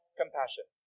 compassion